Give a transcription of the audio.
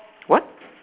what